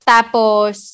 Tapos